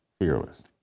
fearless